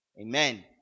Amen